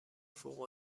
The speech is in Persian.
فوق